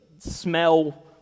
smell